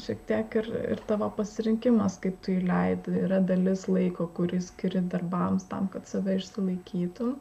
šiek tiek ir ir tavo pasirinkimas kaip tu jį leidi yra dalis laiko kurį skiri darbams tam kad save išsilaikytum